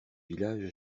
village